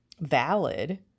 valid